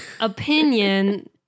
opinion